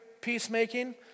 peacemaking